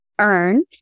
Earn